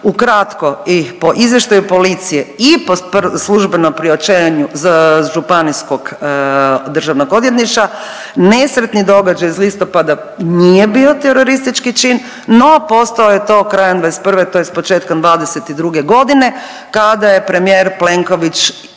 ukratko i po izvještaju policije i po službenom priopćenju Županijskog državnog odvjetništva nesretni događaj iz listopada nije bio teroristički čin, no postao je to krajem '21. tj. početkom '22.g. kada je premijer Plenković izričito